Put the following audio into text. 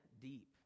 deep